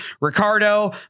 Ricardo